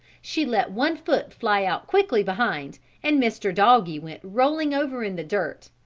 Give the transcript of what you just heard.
she let one foot fly out quickly behind and mr. doggie went rolling over in the dirt,